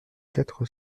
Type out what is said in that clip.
quatre